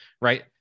Right